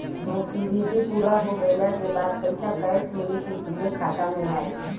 Maturity पूरा हो गइला के बाद पईसा कैश मिली की सीधे खाता में आई?